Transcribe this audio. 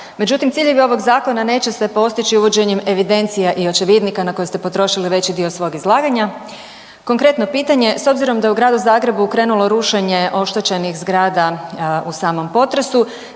Međutim, ciljevi ovog zakona neće se postići uvođenjem evidencija i očevidnika na koji ste potrošili veći dio svog izlaganja. Konkretno pitanje, s obzirom da je u Gradu Zagrebu krenulo rušenje oštećenih zgrada u samom potresu,